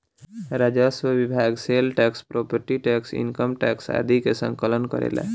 राजस्व विभाग sale tax property tax income tax आदि के संकलन करेला